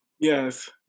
Yes